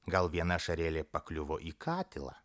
gal viena ašarėlė pakliuvo į katilą